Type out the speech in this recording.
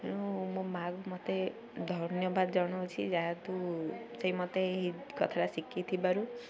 ତେଣୁ ମୋ ମାଆକୁ ମତେ ଧନ୍ୟବାଦ ଜଣାଉଛି ଯାହା ତୁ ସେଇ ମତେ ଏହି କଥାଟା ଶିଖିଥିବାରୁ